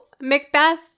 Macbeth